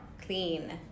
Clean